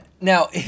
now